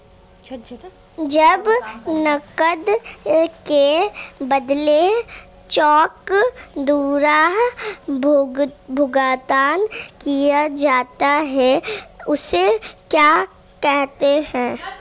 जब नकद के बदले चेक द्वारा भुगतान किया जाता हैं उसे क्या कहते है?